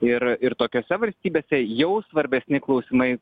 ir ir tokiose valstybėse jau svarbesni klausimai